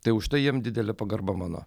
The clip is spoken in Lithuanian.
tai už tai jiem didelė pagarba mano